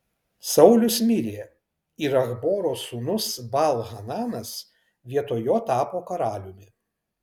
saulius mirė ir achboro sūnus baal hananas vietoj jo tapo karaliumi